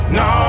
no